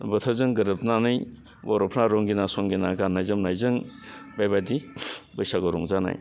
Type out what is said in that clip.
बोथोरजों गोरोबनानै बर'फ्रा रंगिना संगिना गान्नाय जोमनायजों बेबायदि बैसागो रंजानाय